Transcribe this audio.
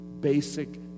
basic